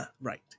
right